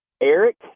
eric